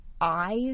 eyes